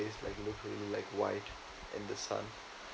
like look really like white in the sun